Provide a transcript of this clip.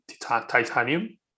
titanium